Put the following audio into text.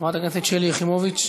חברת הכנסת שלי יחימוביץ,